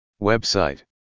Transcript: Website